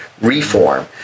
Reform